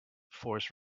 force